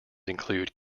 include